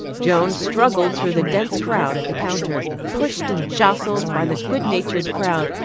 joan struggled through the dense crowd at the counter, pushed and jostled by the good-natured crowd,